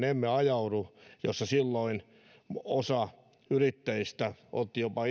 emme ajaudu sellaiseen tilanteeseen jossa silloin osa yrittäjistä jopa